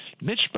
Mitch